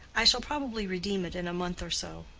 i shall probably redeem it in a month or so.